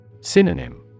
Synonym